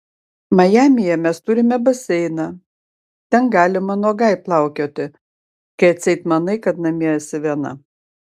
majamyje mes turime baseiną ten galima nuogai plaukioti kai atseit manai kad namie esi viena